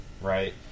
right